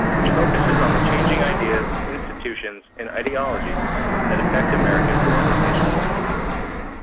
which focuses on the changing ideas, institutions, and ideologies that affect american foreign relations